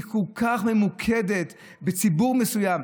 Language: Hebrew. היא כל כך ממוקדת בציבור מסוים.